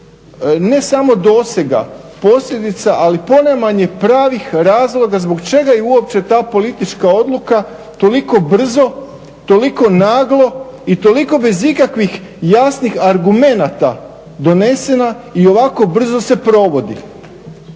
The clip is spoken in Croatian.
ne samo dosega posljedica ali ponajmanje pravih razloga zbog čega i uopće ta politička odluka toliko brzo, toliko naglo i toliko bez ikakvih jasnih argumenata donesena i ovako brzo se provodi